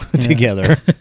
together